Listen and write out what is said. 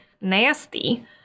Nasty